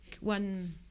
One